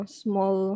small